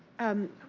and